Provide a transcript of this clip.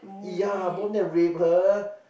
ya both of them raped her